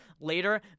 later